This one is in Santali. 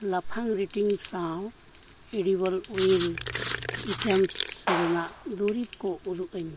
ᱞᱟᱯᱷᱟᱝ ᱨᱮᱴᱤᱝ ᱥᱟᱶ ᱮᱰᱤᱵᱚᱞ ᱳᱭᱮᱞ ᱟᱭᱴᱮᱢᱥ ᱨᱮᱱᱟᱜ ᱫᱩᱨᱤᱵᱽ ᱠᱚ ᱩᱫᱩᱜ ᱟᱹᱧᱢᱮ